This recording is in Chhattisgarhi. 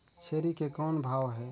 छेरी के कौन भाव हे?